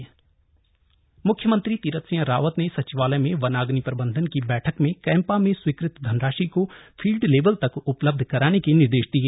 वनाग्नि प्रबंधन बैठक म्ख्यमंत्री तीरथ सिंह रावत ने सचिवालय में वनाग्नि प्रबंधन की बैठक में कैम्पा में स्वीकृत धनराशि को फील्ड लेवल तक उपलब्ध कराने के निर्देश दिए